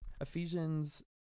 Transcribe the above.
Ephesians